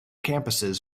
campuses